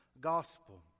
gospel